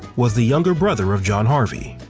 was the younger brother of john harvey.